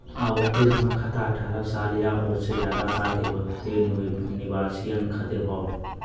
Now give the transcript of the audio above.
आवर्ती जमा खाता अठ्ठारह साल या ओसे जादा साल के भारतीय निवासियन खातिर हौ